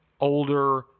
older